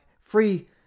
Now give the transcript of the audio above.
free